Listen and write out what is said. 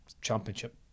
championship